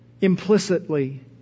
implicitly